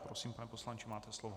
Prosím, pane poslanče, máte slovo.